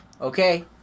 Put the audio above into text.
Okay